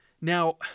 Now